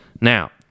Now